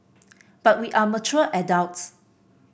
but we are mature adults